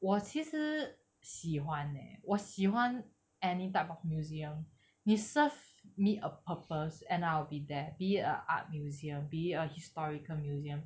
我其实喜欢 eh 我喜欢 any type of museum 你 serve me a purpose and I'll be there be it a art museum be it a historical museum